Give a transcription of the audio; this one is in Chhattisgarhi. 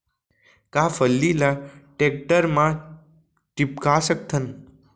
का फल्ली ल टेकटर म टिपका सकथन?